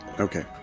Okay